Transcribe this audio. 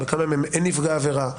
בכמה מהם אין נפגעי עבירה?